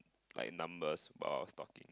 like numbers while I was talking